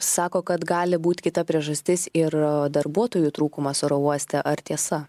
sako kad gali būt kita priežastis ir darbuotojų trūkumas oro uoste ar tiesa